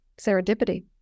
serendipity